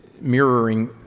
mirroring